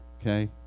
Okay